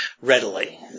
readily